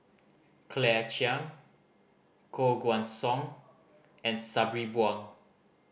Claire Chiang Koh Guan Song and Sabri Buang